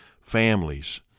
families